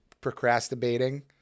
procrastinating